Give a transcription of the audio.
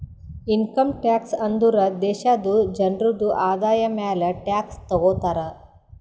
income tax ಅಂದುರ್ ದೇಶಾದು ಜನ್ರುದು ಆದಾಯ ಮ್ಯಾಲ ಟ್ಯಾಕ್ಸ್ ತಗೊತಾರ್